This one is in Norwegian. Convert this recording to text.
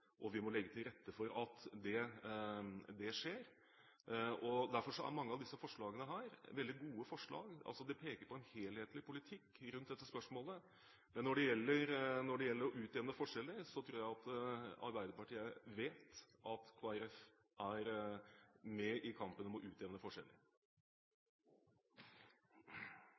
og vi må legge til rette for at det skjer. Derfor er mange av disse forslagene veldig gode forslag. Det pekes på en helhetlig politikk rundt dette spørsmålet. Når det gjelder å utjevne forskjeller, tror jeg Arbeiderpartiet vet at Kristelig Folkeparti er med i kampen for å utjevne